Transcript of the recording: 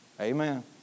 Amen